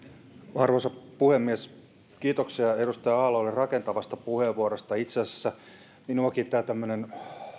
arvoisa puhemies kiitoksia edustaja aallolle rakentavasta puheenvuorosta itse asiassa minuakin tämä tämmöinen